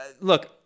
look